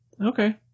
Okay